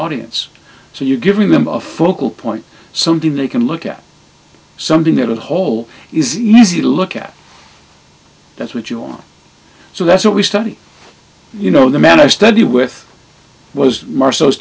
audience so you're giving them a focal point something they can look at something that a whole is easy to look at that's what you want so that's what we study you know the man i study with was mar